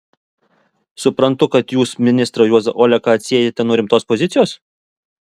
suprantu kad jūs ministrą juozą oleką atsiejate nuo rimtos pozicijos